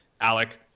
alec